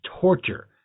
torture